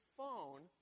phone